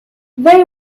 they